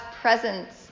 presence